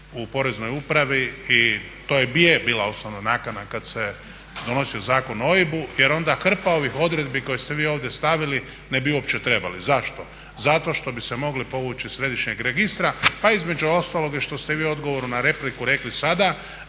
u Poreznoj upravi i to i je bila osnovna nakana kad se donosio Zakon o OIB-u jer onda hrpa ovih odredbi koje ste vi ovdje stavili ne bi uopće trebala. Zašto? Zato što bi se moglo povući iz Središnjeg registra pa između ostaloga i što ste vi u odgovoru na repliku rekli sada